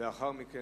ולאחר מכן,